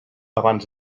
abans